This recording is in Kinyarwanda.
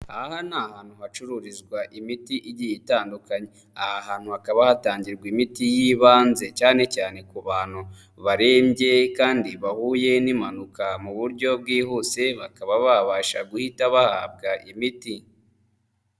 Aha ni ahantu hacururizwa imiti igiye itandukanye aha hantu hakaba hatangirwa imiti yibanze cyane cyane ku bantu barembye kandi bahuye n'impanuka mu buryo bwihuse bakaba babasha guhita bahabwa imiti.